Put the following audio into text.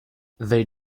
they